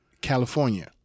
California